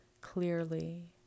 clearly